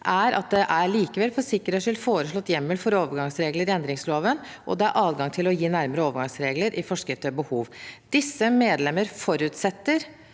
sikkerhets skyld foreslått hjemmel for overgangsregler i endringsloven, og det er adgang til å gi nærmere overgangsregler i forskrift ved behov. Disse medlemmer forutsetter